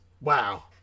wow